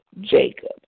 Jacob